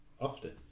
often